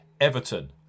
Everton